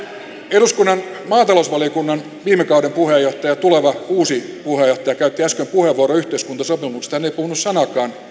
eduskunnan maatalousvaliokunnan viime kauden puheenjohtaja ja tuleva uusi puheenjohtaja käytti äsken puheenvuoron yhteiskuntasopimuksesta hän ei puhunut sanaakaan